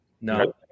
No